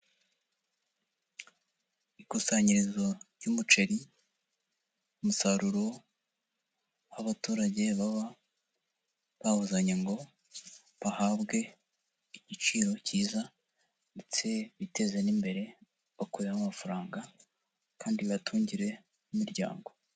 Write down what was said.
Ikusanyirizo ry' umuceri umusaruro aho abaturage baba bawuzanye ngo bahabwe igiciro cyiza ndetse biteze n'imbere, bakuremo amafaranga kandi bibatungire n'imiryango.